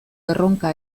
erronka